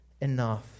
enough